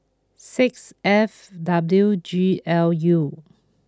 six F W G L U